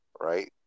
right